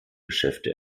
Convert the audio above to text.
geschäfte